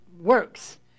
works